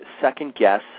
second-guess